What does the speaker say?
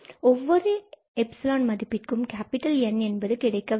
ஒவ்வொரு 𝜖 மதிப்பிற்கும் N என்பது கிடைக்க வேண்டும்